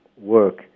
work